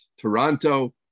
Toronto